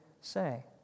say